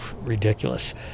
ridiculous